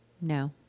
No